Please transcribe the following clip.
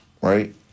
Right